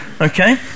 okay